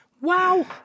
Wow